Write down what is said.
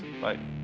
Bye